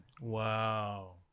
Wow